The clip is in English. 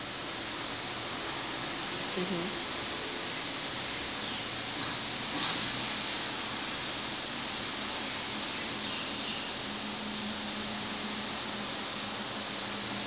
mmhmm